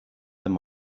them